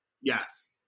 Yes